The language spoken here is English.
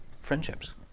friendships